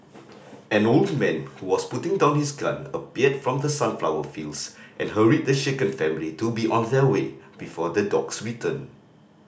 an old man who was putting down his gun appeared from the sunflower fields and hurried the shaken family to be on their way before the dogs return